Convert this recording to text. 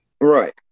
Right